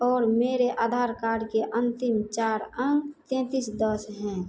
और मेरे आधार कार्ड के अंतिम चार अंक तैंतीस दस है